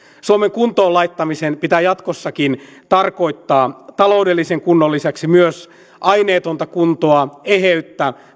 suomen kuntoonlaittamisen pitää jatkossakin tarkoittaa taloudellisen kunnon lisäksi myös aineetonta kuntoa eheyttä